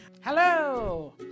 Hello